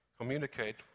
communicate